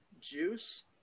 juice